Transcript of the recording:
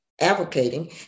advocating